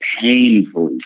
painfully